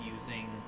using